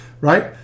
right